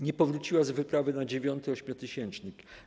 Nie powróciła z wyprawy na dziewiąty ośmiotysięcznik.